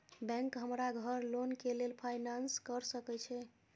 Bank हमरा घर loan के लेल फाईनांस कर सके छे?